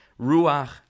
Ruach